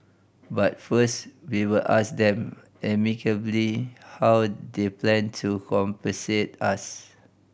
but first we will ask them amicably how they plan to compensate us